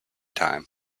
time